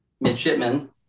midshipman